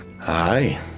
Aye